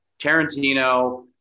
Tarantino